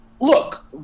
look